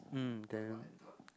mm then